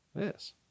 Yes